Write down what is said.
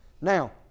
Now